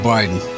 Biden